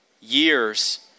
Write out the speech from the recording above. years